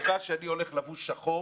הסיבה שאני לבוש שחור